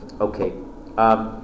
Okay